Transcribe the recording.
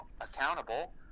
accountable